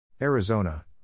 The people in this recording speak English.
Arizona